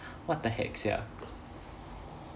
what the heck sia